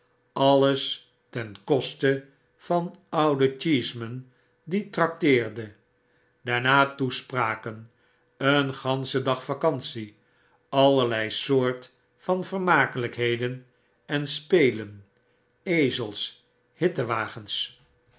alles ten koste van ouden cheeseman die trakteerde daarna toespraken een ganschen dag vacantie allerlei soort van vermakelijkheden en spelen ezels hittewagens